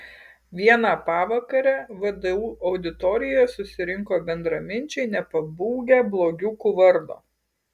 vieną pavakarę vdu auditorijoje susirinko bendraminčiai nepabūgę blogiukų vardo